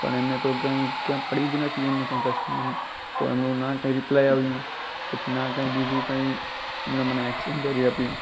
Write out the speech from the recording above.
પણ એમને તો ક્યાંય ક્યાં પડી જ નથી એમને કંઈ કસ્ટમરની તો એમનું ના કંઈ રીપ્લાય આવ્યો પછી ના કંઈ બીજું કંઈ ના મને એક્ષચેન્જ કરી આપ્યું